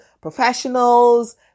professionals